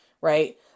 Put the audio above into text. Right